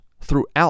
throughout